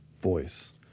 voice